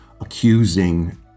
accusing